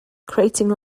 creating